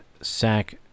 Sack